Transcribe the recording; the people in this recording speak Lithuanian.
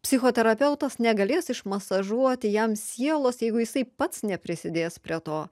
psichoterapeutas negalės išmasažuoti jam sielos jeigu jisai pats neprisidės prie to